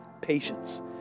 patience